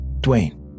Dwayne